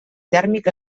tèrmic